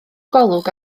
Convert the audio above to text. golwg